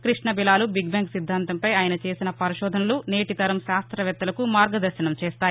కృష్ణబిలాలు big bang సిద్దాంతంపై ఆయన చేసిన పరిశోధనలు నేటితరం శాస్త్రవేత్తలకు మార్గదర్భనం చేస్తాయి